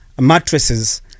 mattresses